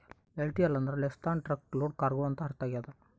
LTL ಅಂದ್ರ less than truck load cargo ಅಂತ ಅರ್ಥ ಆಗ್ಯದ